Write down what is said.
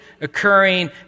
occurring